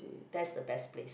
that's the best places